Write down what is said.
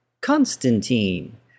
Constantine